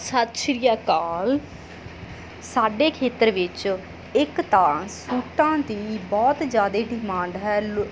ਸਤਿ ਸ਼੍ਰੀ ਅਕਾਲ ਸਾਡੇ ਖੇਤਰ ਵਿੱਚ ਇੱਕ ਤਾਂ ਸੂਟਾਂ ਦੀ ਬਹੁਤ ਜ਼ਿਆਦਾ ਡਿਮਾਂਡ ਹੈ ਲੋ